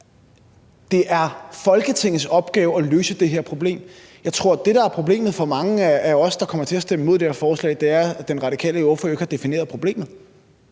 Det er Folketingets opgave at løse det her problem. Jeg tror, at det, der er problemet for mange af os, der kommer til at stemme imod det her forslag, er, at den radikale ordfører jo ikke har defineret problemet.